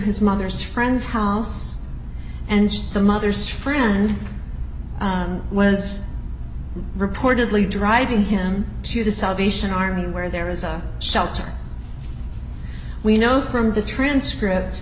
his mother's friend's house and the mother's friend was reportedly driving him to the salvation army where there is a shelter we know from the transcript